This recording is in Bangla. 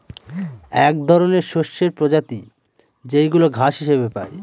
এক ধরনের শস্যের প্রজাতি যেইগুলা ঘাস হিসেবে পাই